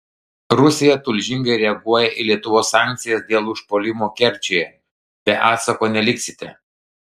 rusija tulžingai reaguoja į lietuvos sankcijas dėl užpuolimo kerčėje be atsako neliksite